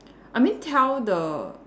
I mean tell the